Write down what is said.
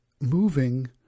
moving